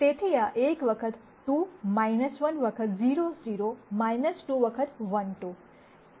તેથી આ એક વખત 2 1 વખત 0 0 2 વખત 1 2